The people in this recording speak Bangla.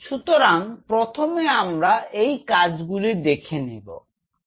সুতরাং প্রথমে আমরা এই কাজগুলি দেখে নেবো ঠিক